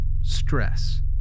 stress